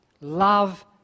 love